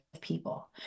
people